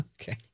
Okay